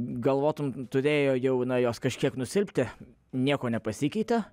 galvotum turėjo jau na jos kažkiek nusilpti nieko nepasikeitė